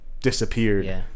disappeared